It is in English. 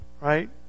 Right